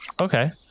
Okay